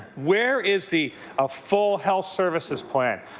where is the ah full health services plan?